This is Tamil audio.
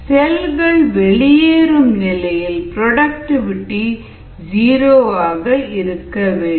செல்கள் வெளியேறும் நிலையில் புரோடக்டிவிடி ஜீரோவாக இருக்க வேண்டும்